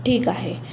ठीक आहे